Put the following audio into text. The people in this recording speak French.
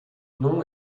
nom